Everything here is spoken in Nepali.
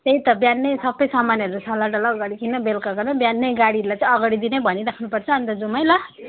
त्यही त बिहानै सबै सामानहरू सल्लाहडल्ला गरिकन बेलुका गरौँ बिहानै गाडीलाई चाहिँ अगाडि दिनै भनिराख्नु पर्छ अन्त जाउँ है ल